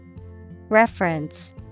Reference